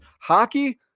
Hockey